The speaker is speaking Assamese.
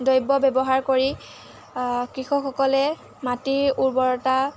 দ্ৰব্য ব্যৱহাৰ কৰি কৃষকসকলে মাটিৰ উৰ্বৰতা